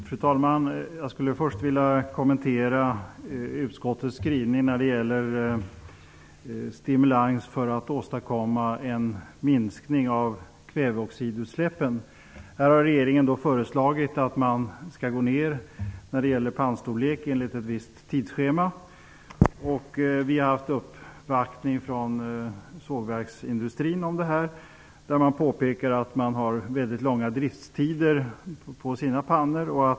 Fru talman! Jag skulle först vilja kommentera utskottets skrivning när det gäller stimulans för att åstadkomma en minskning av kväveoxidutsläppen. Regeringen har föreslagit att även mindre pannor skall omfattas av avgiftsskyldigheten, enligt ett visst tidsschema. Vi har blivit uppvaktade av sågverksindustrin i den här frågan. Man påpekar att deras pannor har långa driftstider.